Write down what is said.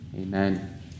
Amen